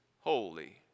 holy